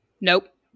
Nope